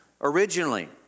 Originally